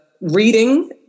reading